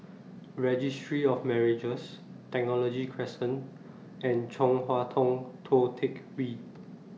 Registry of Marriages Technology Crescent and Chong Hua Tong Tou Teck Hwee